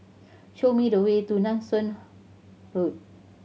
show me the way to Nanson Road